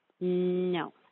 No